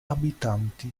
abitanti